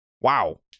wow